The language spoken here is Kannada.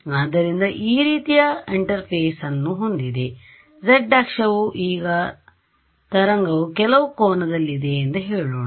ಆದ್ದರಿಂದ ಈ ರೀತಿಯ ಇಂಟರ್ಫೇಸ್ ಅನ್ನು ಹೊಂದಿದೆ z ಅಕ್ಷವು ಈಗ ತರಂಗವು ಕೆಲವು ಕೋನದಲ್ಲಿದೆ ಎಂದು ಹೇಳೋಣ